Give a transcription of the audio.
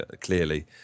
clearly